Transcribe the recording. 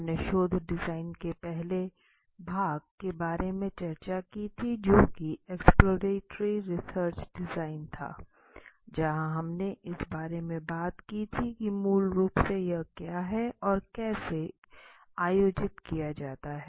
हमने शोध डिजाइन के पहले भाग के बारे में भी चर्चा की थी जो कि एक्सप्लोरेटरी रिसर्च डिजाइन था जहां हमने इस बारे में बात की थी कि मूल रूप से यह क्या है और इसे कैसे आयोजित किया जाता है